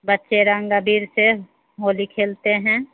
बच्चे रंग अबीर से होली खेलते हैं